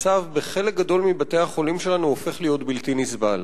המצב בחלק גדול מבתי-החולים שלנו הופך להיות בלתי נסבל,